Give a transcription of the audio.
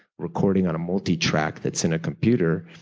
recording on a multi-track that's in a computer.